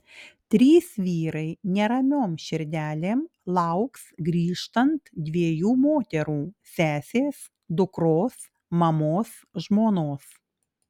trys vyrai neramiom širdelėm lauks grįžtant dviejų moterų sesės dukros mamos žmonos